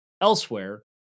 elsewhere